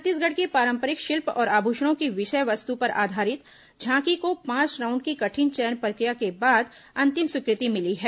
छत्तीसगढ़ के पारंपरिक शिल्प और आभूषणों की विषय वस्तु पर आधारित झांकी को पांच राउंड की कठिन चयन प्रक्रिया के बाद अंतिम स्वीकृति मिली है